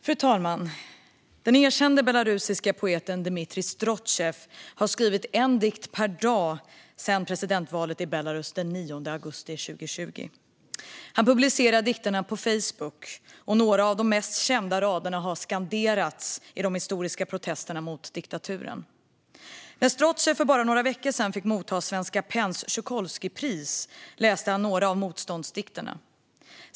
Fru talman! Den erkände belarusiske poeten Dmitrij Strotsev har skrivit en dikt per dag sedan presidentvalet i Belarus den 9 augusti 2020. Han publicerar dikterna på Facebook. Några av de mest kända raderna har skanderats i de historiska protesterna mot diktaturen. När Strotsev för bara några veckor sedan fick motta Svenska PEN:s Tucholskypris läste han några av motståndsdikterna.